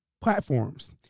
platforms